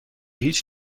هیچ